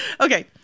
okay